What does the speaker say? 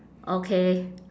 okay